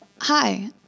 Hi